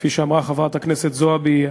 כפי שאמרה חברת הכנסת זועבי,